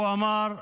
הוא אמר: